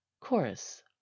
Chorus